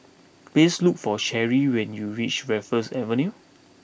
please look for Cherri when you reach Raffles Avenue